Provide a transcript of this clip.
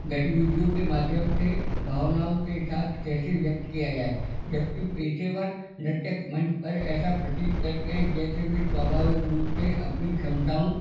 गतिविधियों के माध्यम से भावनाओं के साथ कैसे व्यक्त किया जाए जबकि पेशेवर नृत्यक मंच पर ऐसा प्रतीत करते हैं जैसे वे स्वाभाविक रूप से अपनी क्षमताओं